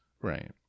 Right